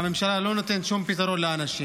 והממשלה לא נותנת שום פתרון לאנשים.